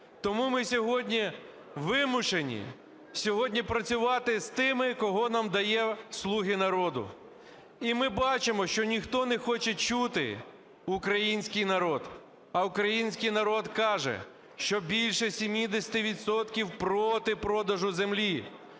Тому ми сьогодні вимушені сьогодні працювати з тими, кого нам дають "слуги народу". І ми бачимо, що ніхто не хоче чути український народ, а український народ каже, що більше 70 відсотків проти продажу землі,